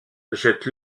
jette